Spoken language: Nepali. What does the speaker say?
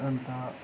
अन्त